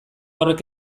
horrek